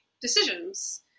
decisions